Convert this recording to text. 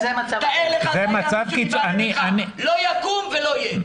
תאר לך --- לא יקום ולא יהיה.